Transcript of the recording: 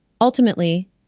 Ultimately